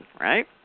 Right